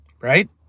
Right